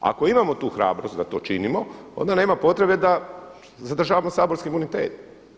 Ako imamo tu hrabrost da to činimo, onda nema potrebe da zadržavamo saborski imunitet.